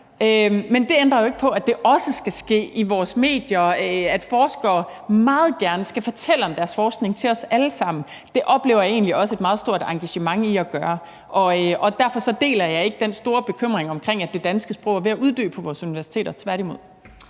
Men det ændrer jo ikke på, at det også skal ske i vores medier, og at forskere meget gerne skal fortælle om deres forskning til os alle sammen. Det oplever jeg egentlig også et meget stort engagement i at gøre, og derfor deler jeg ikke den store bekymring for, at det danske sprog er ved at uddø på vores universiteter, tværtimod.